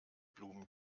blumen